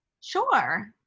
Sure